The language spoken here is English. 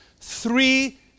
three